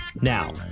Now